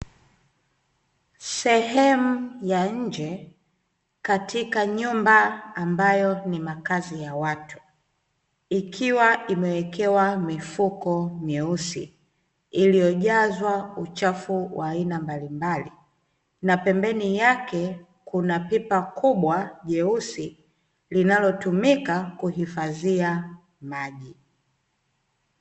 Sehemu ya nje, katika nyumba ambayo ni makazi ya watu, ikiwa imewekewa mifuko meusi iliyojazwa uchafu wa aina mbalimbali na pembeni yake kuna pipa kubwa jeusi linatumika kuhifadhia maji.